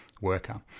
worker